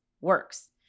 works